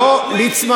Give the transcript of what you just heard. הוא אישית.